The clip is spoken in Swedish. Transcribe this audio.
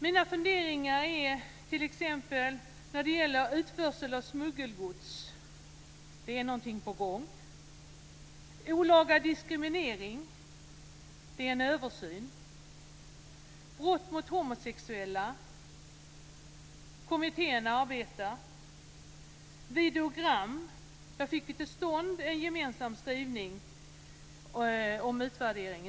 Mina funderingar är följande. · Utförsel av smuggelgods: det är någonting på gång. · Olaga diskriminering: det sker en översyn. · Videogram: vi fick i utskottet till stånd en gemensam skrivning om utvärdering.